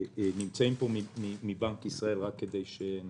מבנק ישראל נמצאים כאן